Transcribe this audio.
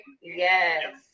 Yes